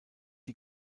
die